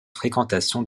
fréquentation